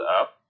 up